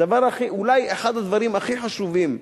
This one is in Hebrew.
אולי אחד הדברים הכי חשובים